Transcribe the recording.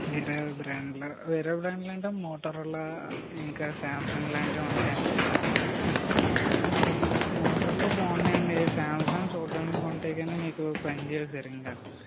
వేరే బ్రాండ్ వేరే బ్రాండ్లంటే మోటరోలా అలా ఇంకా సాంసంగ్ లాంటి ఉంటాయండి మోటరోలా బాగున్నాయండి సాంసంగ్ చూడడానికి బాగుంటాయి కాని మీకు పని చేయవు సరిగ్గా